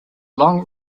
long